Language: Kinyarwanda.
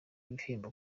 ibihembo